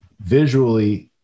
visually